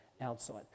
outside